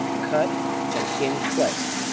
cut and in place.